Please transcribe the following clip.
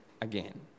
again